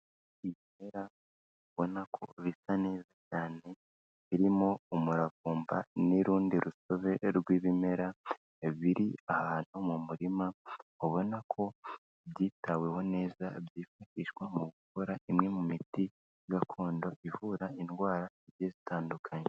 Ibimera ubona ko bisa neza cyane, birimo umuravumba n'urundi rusobe rw'ibimera, biri ahantu mu murima ubona ko byitaweho neza byifashishwa mu gukora imwe mu miti gakondo ivura indwara zigiye zitandukanye.